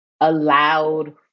allowed